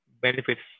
benefits